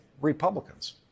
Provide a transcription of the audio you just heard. Republicans